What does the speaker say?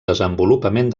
desenvolupament